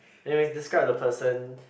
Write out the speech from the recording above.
anyway describe the person